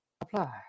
apply